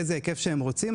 באיזה היקף שהן רוצות,